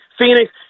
Phoenix